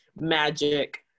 magic